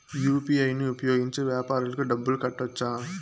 UPI ను ఉపయోగించి వ్యాపారాలకు డబ్బులు కట్టొచ్చా?